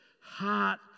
heart